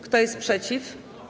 Kto jest przeciw?